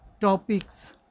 topics